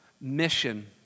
mission